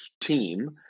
team